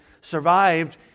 survived